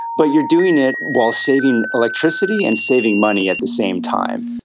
but you are doing it while saving electricity and saving money at the same time.